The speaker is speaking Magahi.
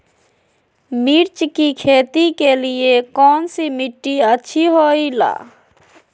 मिर्च की खेती के लिए कौन सी मिट्टी अच्छी होईला?